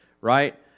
right